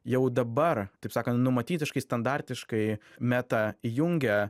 jau dabar taip sakant numatytiškai standartiškai meta įjungia